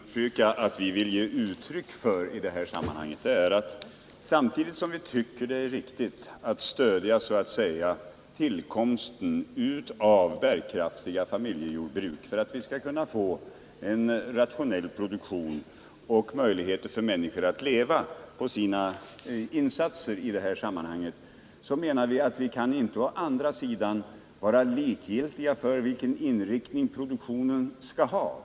Herr talman! Vad vi vill ge uttryck åt i det här sammanhanget är att samtidigt som vi tycker att det är riktigt att stödja tillkomsten av bärkraftiga familjejordbruk för att vi skall kunna få en rationell produktion och möjligheter för människor att leva på sina insatser i jordbruket kan vi å andra sidan inte vara likgiltiga för vilken inriktning produktionen skall ha.